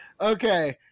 okay